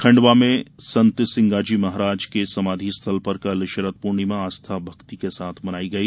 खंडवा में संत सिंगाजी महाराज के समाधि स्थल पर कल शरद पूर्णिमा आस्था भक्ति के साथ मनाई गई